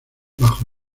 bajo